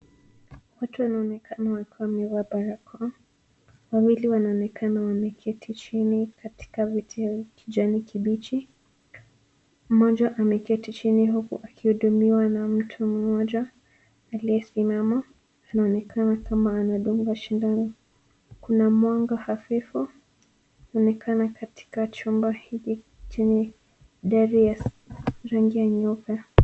Watu wanaonekana wakiwa wamevaa barakoa. Wawili wanaonekana wameketi chini katika viti vya kijani kibichi. Mmoja ameketi chini huku akihudumiwa na mtu mmoja aliyesimama. Inaonekana kama anadungwa sindano. Kuna mwanga hafifu unaonekana katika chumba hiki chenye dari ya rangi ya nyeupe.